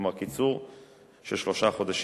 כלומר קיצור של שלושה חודשים,